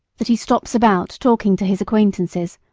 that he stops about talking to his acquaintances,